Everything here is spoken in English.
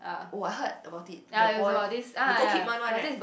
oh I heard about it the boy Nicole-Kidman one right